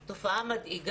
זו תופעה מדאיגה.